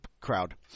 crowd